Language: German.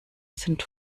sind